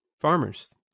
farmers